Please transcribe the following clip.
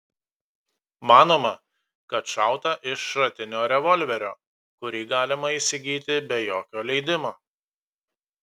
manoma kad šauta iš šratinio revolverio kurį galima įsigyti be jokio leidimo